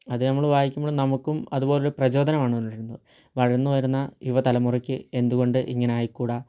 അത് നമ്മൾ വായിക്കുമ്പോഴും നമുക്കും അതുപോലൊരു പ്രചോദനമാണ് ഉണരുന്നത് വളർന്ന് വരുന്ന യുവ തലമുറയ്ക്ക് എന്തുകൊണ്ട് ഇങ്ങനെ ആയിക്കൂട